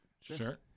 Sure